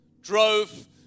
Drove